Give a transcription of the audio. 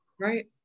Right